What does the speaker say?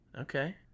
Okay